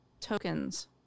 tokens